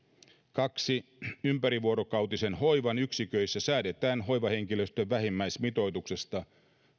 kaksi ympärivuorokautisen hoivan yksiköissä säädetään hoivahenkilöstön vähimmäismitoituksesta